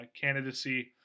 candidacy